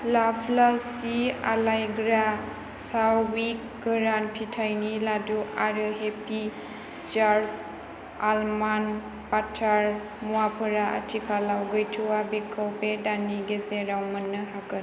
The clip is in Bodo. लाप्लासि आलायग्रा चार्विक गोरान फिथाइनि लादु आरो हेपि जार्स आलमन्ड बाटार मुवाफोरा आथिखालाव गैथ'वा बेखौ बे दाननि गेजेराव मोन्नो हागोन